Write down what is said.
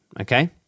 Okay